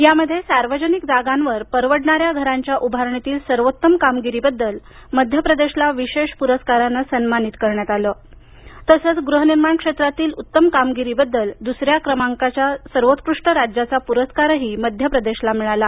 यामध्ये सार्वजनिक जागांवरील परवडणाऱ्या घराच्या उभारणीतील सर्वोत्तम कामगिरीबद्दल मध्य प्रदेशला विशेष प्रस्कारानं सन्मानित करण्यात आलं तसंच ग्रहनिर्माण क्षेत्रातील उत्तम कामगिरीबद्दल दुसरा सर्वोत्कृष्ट राज्य पुरस्कारही मध्य प्रदेशला मिळाला